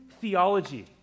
theology